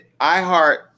iHeart